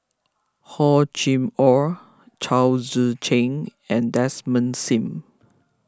Hor Chim or Chao Tzee Cheng and Desmond Sim